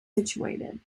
situated